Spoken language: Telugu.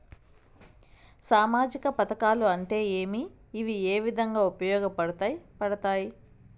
సామాజిక పథకాలు అంటే ఏమి? ఇవి ఏ విధంగా ఉపయోగపడతాయి పడతాయి?